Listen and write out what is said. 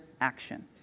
action